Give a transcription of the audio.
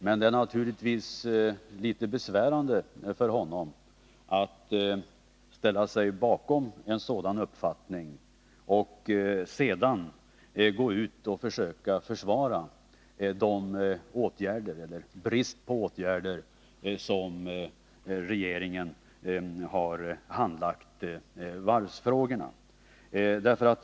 Men det är naturligtvis litet besvärande för honom att ställa sig bakom en sådan uppfattning och sedan gå ut och försöka försvara de åtgärder som vidtagits eller den brist på åtgärder som regeringens handläggning av varvsfrågorna uppvisar.